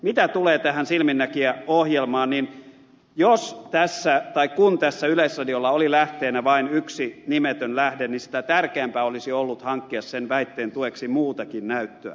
mitä tulee tähän silminnäkijä ohjelmaan niin kun tässä yleisradiolla oli lähteenä vain yksi nimetön lähde niin sitä tärkeämpää olisi ollut hankkia sen väitteen tueksi muutakin näyttöä